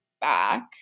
back